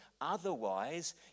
Otherwise